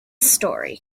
story